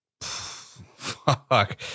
Fuck